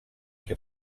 che